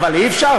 אבל אי-אפשר,